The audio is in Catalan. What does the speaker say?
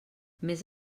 més